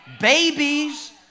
Babies